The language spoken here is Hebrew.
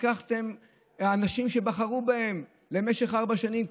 לקחתם אנשים שבחרו בהם למשך ארבע שנים,